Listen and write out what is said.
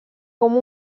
com